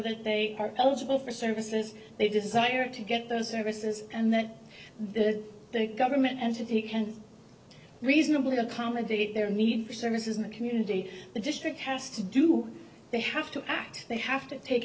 that they are eligible for services they desire to get those services and that the government entity can reasonably accommodate their need for services in the community the district has to do they have to act they have to take